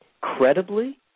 credibly